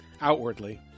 Outwardly